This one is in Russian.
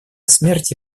смерти